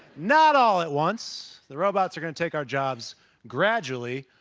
not all at once. the robots are going to take our jobs gradually,